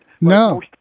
No